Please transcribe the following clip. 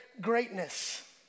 greatness